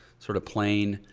sort of plain.